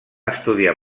estudiar